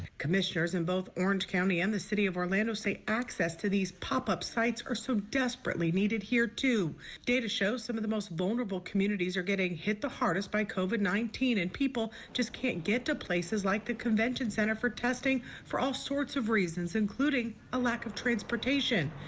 commissioners in both orange county and the city of orlando say access to these pop up sites are so desperately needed here to data shows some of the most vulnerable communities are getting hit the hardest by covid nineteen and people just can't get to places like the convention center for testing for all sorts of reasons, including a lack of transportation.